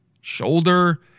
shoulder